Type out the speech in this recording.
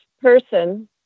person